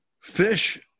fish